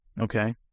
Okay